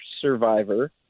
survivor